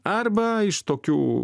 arba iš tokių